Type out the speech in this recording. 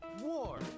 war